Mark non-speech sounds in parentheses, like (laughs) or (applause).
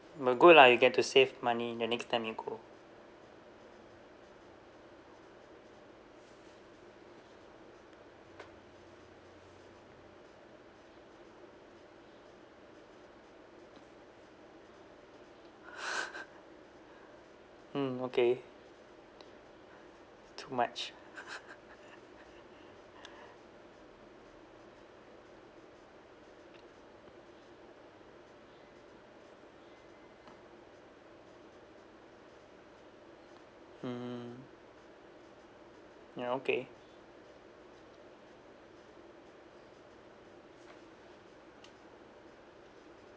but good lah you get to save money the next time you go (laughs) mm okay too much (laughs) mm ya okay